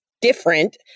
different